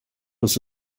was